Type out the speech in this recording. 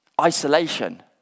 Isolation